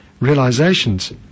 realizations